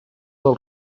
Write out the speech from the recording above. del